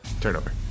Turnover